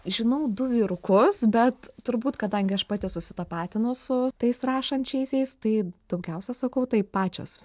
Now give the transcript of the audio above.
žinau du vyrukus bet turbūt kadangi aš pati susitapatinu su tais rašančiaisiais tai daugiausia sakau tai pačios